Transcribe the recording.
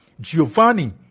Giovanni